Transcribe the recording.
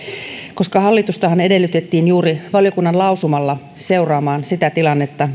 hallitustahan edellytettiin juuri valiokunnan lausumalla seuraamaan sitä tilannetta